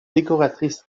décoratrice